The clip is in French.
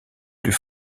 plus